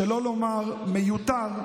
שלא לומר מיותר,